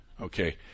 Okay